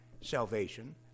salvation